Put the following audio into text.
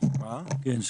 כן,